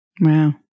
Wow